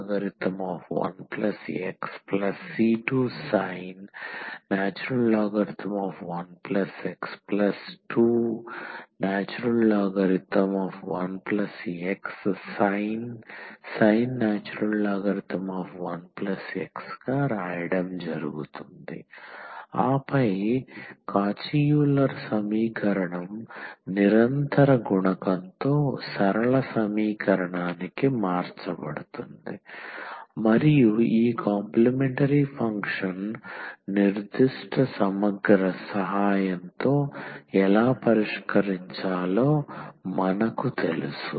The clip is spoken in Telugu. yc1cos ln 1x c2sin ln 1x 2ln 1x sin ln 1x ఆపై కాచీ యూలర్ సమీకరణం నిరంతర గుణకంతో సరళ సమీకరణానికి మార్చబడింది మరియు ఈ కాంప్లీమెంటరీ ఫంక్షన్ నిర్దిష్ట సమగ్ర సహాయంతో ఎలా పరిష్కరించాలో మనకు తెలుసు